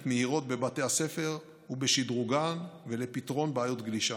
מהירות בבתי הספר ובשדרוגן ולפתרון בעיות גלישה.